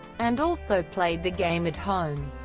and also played the game at home.